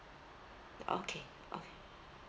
okay okay